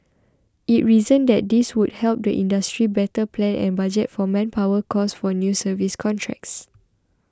it reasoned that this would help the industry better plan and budget for manpower costs for new service contracts